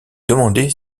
demander